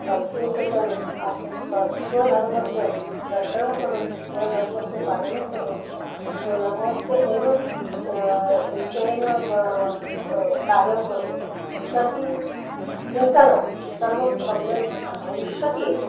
प्रत्येकश्चन अपि स्व स्वधर्मस्य रक्षणं करोति स्वधर्मस्य पालनं करोति स्वधर्मस्य एव निश्चयेन कार्यं करोति तर्हि चिन्ता नास्ति सर्वं सम्यक् भविष्यति एव